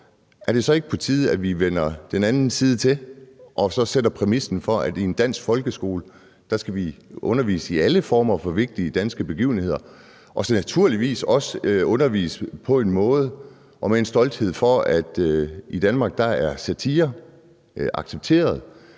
er det så ikke på tide, at vi vender den anden side til og sætter den præmis, at i en dansk folkeskole skal der undervises i alle former for vigtige danske begivenheder og naturligvis også på en måde, hvor der er stolthed over, at i Danmark er satire accepteret,